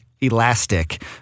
elastic